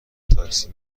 تاکسی